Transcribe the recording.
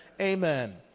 Amen